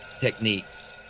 Techniques